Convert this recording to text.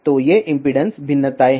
तो ये इम्पीडेन्स भिन्नताएं हैं